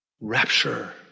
Rapture